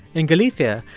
in galicia,